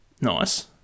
Nice